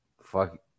Fuck